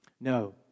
No